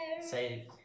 Say